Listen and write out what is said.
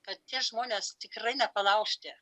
kad tie žmonės tikrai nepalaužti